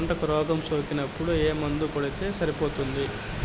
పంటకు రోగం సోకినపుడు ఏ మందు కొడితే సరిపోతుంది?